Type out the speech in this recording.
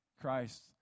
Christ